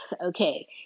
okay